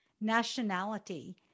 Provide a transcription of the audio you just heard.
nationality